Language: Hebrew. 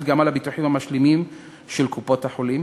גם על הביטוחים המשלימים של קופות-החולים,